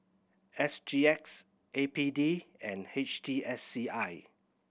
S G X A P D and H T S C I